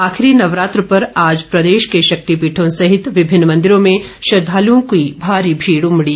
आखिरी नवरात्र पर आज प्रदेश के शक्तिपीठों सहित विभिन्न मंदिरों में श्रद्धालुओं की भारी भीड़ उमड़ी